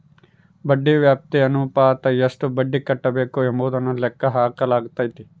ಬಡ್ಡಿ ವ್ಯಾಪ್ತಿ ಅನುಪಾತ ಎಷ್ಟು ಬಡ್ಡಿ ಕಟ್ಟಬೇಕು ಎಂಬುದನ್ನು ಲೆಕ್ಕ ಹಾಕಲಾಗೈತಿ